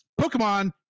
pokemon